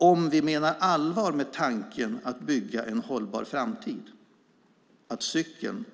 Om vi menar allvar med tanken att bygga en hållbar framtid är det hög tid att cykeln,